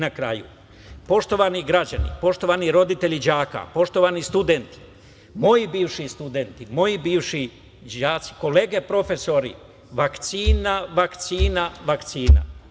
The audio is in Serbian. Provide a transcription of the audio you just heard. Na kraju, poštovani građani, poštovani roditelji đaka, poštovani studenti, moji bivši studenti, moji bivši đaci, kolege profesori, vakcina, vakcina, vakcina.